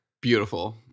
beautiful